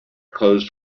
closed